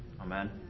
Amen